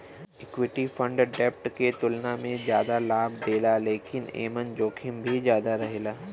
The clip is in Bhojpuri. इक्विटी फण्ड डेब्ट के तुलना में जादा लाभ देला लेकिन एमन जोखिम भी ज्यादा रहेला